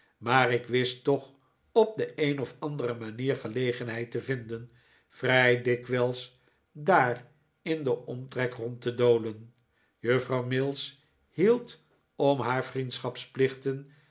maar ik wist toch op de een of andere manier gelegenheid te vinden vrij dikwijls daar in den omtrek rond te dolen juffrouw mills hield om haar